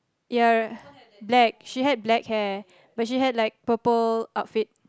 ya black she had black hair but she had like purple outfit